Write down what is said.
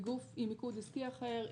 היא גוף עם מיקוד עסקי אחר,